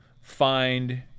find